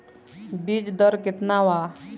बीज दर केतना वा?